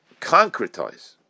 concretize